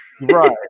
Right